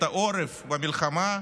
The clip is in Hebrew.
את העורף במלחמה,